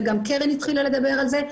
וגם קרן התחילה לדבר על זה.